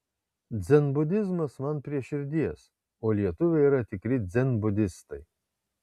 dzenbudizmas man prie širdies o lietuviai yra tikri dzenbudistai